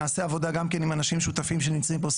ונעשה עבודה גם כן שותפים שנמצאים פה